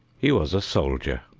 he was a soldier.